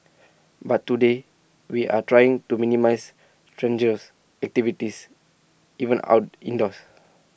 but today we are trying to minimise strenuous activities even our indoors